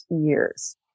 years